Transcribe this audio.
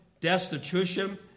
destitution